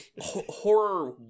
Horror